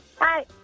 Hi